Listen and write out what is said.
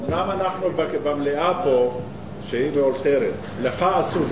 אומנם אנחנו במליאה פה שהיא מאולתרת, לך אסור.